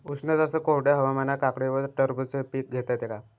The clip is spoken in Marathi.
उष्ण तसेच कोरड्या हवामानात काकडी व टरबूज हे पीक घेता येते का?